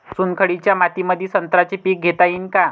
चुनखडीच्या मातीमंदी संत्र्याचे पीक घेता येईन का?